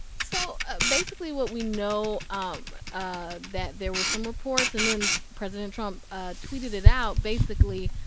so, ah basically, what we know um ah that there were some reports, and then president trump ah tweeted it out, basically,